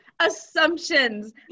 assumptions